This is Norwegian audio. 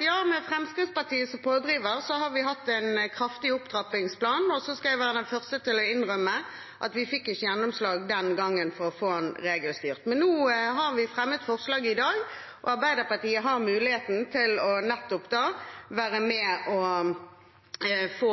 Ja, med Fremskrittspartiet som pådriver har vi hatt en kraftig opptrappingsplan. Jeg skal være den første til å innrømme at vi ikke fikk gjennomslag den gangen for å få den regelstyrt. Men nå har vi fremmet forslag i dag, og Arbeiderpartiet har muligheten til å være med på å få